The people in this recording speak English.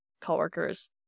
coworkers